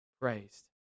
praised